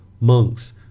Monks